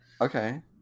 Okay